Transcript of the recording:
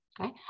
Okay